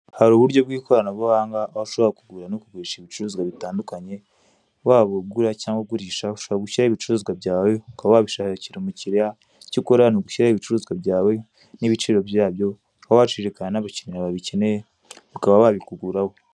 Hari uburyo bw'imbugankoranyambaga aho ushobora kugura no kugurisha ibicuruzwa bitandukanye waba ugura cyangwa ugurisha ushobora gushyiraho ibicuruzwa byawe ukaba wabishakira umukiriya icyo ukora ni ugushyiraho ibicuruzwa byawe n'ibiciro byabyo ukaba waciririkanwa n'abakiriya babikeneye bakaba babikuguraho.